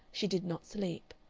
she did not sleep.